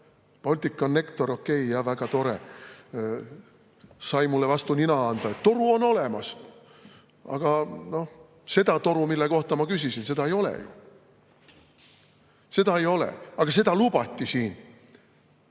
Balticconnector, okei, väga tore, sai mulle vastu nina anda, toru on olemas. Aga seda toru, mille kohta ma küsisin, ei ole ju. Seda ei ole! Aga seda lubati siin.